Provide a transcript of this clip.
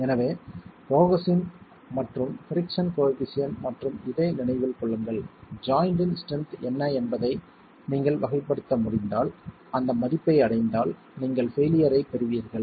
எனவே கோஹெஸின் மற்றும் friction coefficient மற்றும் இதை நினைவில் கொள்ளுங்கள் ஜாய்ண்ட்டின் ஸ்ட்ரென்த் என்ன என்பதை நீங்கள் வகைப்படுத்த முடிந்தால் அந்த மதிப்பை அடைந்தால் நீங்கள் பெயிலியர் ஐப் பெறுவீர்கள்